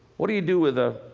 what do you do with a